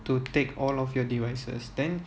to take all of your devices then